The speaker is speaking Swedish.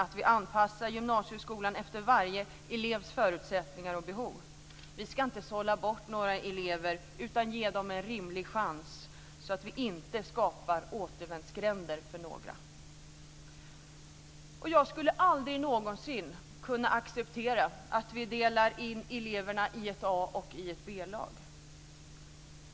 Vi ska anpassa gymnasieskolan efter varje elevs förutsättningar och behov. Vi ska inte sålla bort några elever, utan vi ska ge dem en rimlig chans så att vi inte skapar återvändsgränder för några. Jag skulle aldrig någonsin kunna acceptera att vi delar in eleverna i ett A-lag och ett B-lag.